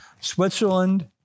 Switzerland